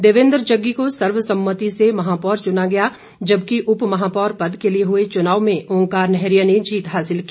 देवेंद्र जग्गी को सर्वसम्मति से महापौर चुना गया जबकि उपमहापौर पद के लिए हुए चुनाव में ओंकार नैहरिया ने जीत हासिल की